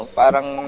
parang